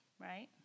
right